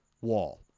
wall